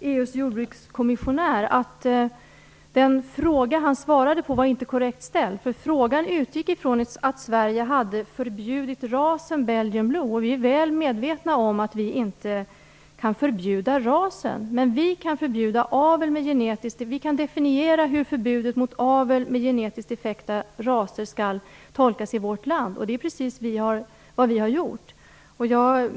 EU:s jordbrukskommissionär svarade på inte var korrekt ställd. Frågan utgick från att Sverige hade förbjudit rasen Belgian Blue. Vi är mycket väl medvetna om att vi inte kan förbjuda rasen, men vi kan definiera hur förbudet mot avel med genetiskt defekta raser skall tolkas i vårt land, och det är precis vad vi har gjort.